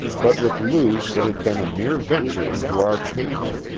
but with lou it had been a mere venture into arcady,